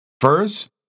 First